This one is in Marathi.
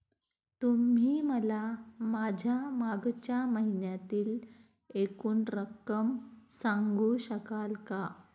तुम्ही मला माझ्या मागच्या महिन्यातील एकूण रक्कम सांगू शकाल का?